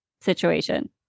situation